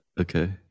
okay